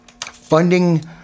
Funding